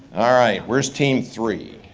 ah right, where's team three?